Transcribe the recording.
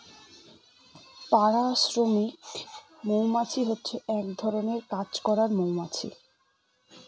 পাড়া শ্রমিক মৌমাছি হচ্ছে এক ধরনের কাজ করার মৌমাছি